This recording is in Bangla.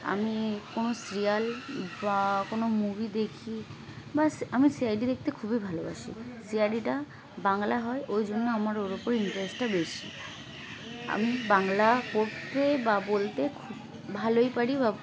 আমি কোনো সিরিয়াল বা কোনো মুভি দেখি বা আমি সিআইডি দেখতে খুবই ভালোবাসি সিআইডিটা বাংলায় হয় ওই জন্য আমার ওর উপর ইন্টারেস্টটা বেশি আমি বাংলা পড়তে বা বলতে খুব ভালোই পারি বা